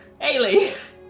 Ailey